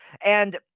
And-